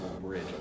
bridge